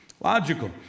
Logical